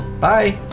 Bye